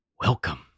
Welcome